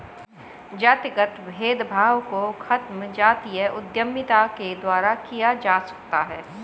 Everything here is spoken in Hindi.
जातिगत भेदभाव को खत्म जातीय उद्यमिता के द्वारा किया जा सकता है